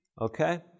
okay